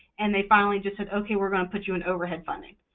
and they finally just said, ok, we're going to put you in overhead funding.